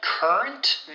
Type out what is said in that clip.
Current